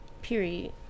Period